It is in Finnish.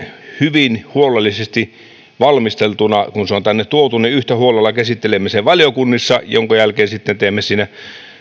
hyvin huolellisesti valmisteltuna niin kuin se on tänne tuotu ja yhtä huolella käsittelemme sen valiokunnissa minkä jälkeen sitten teemme